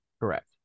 Correct